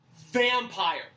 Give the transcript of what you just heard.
vampire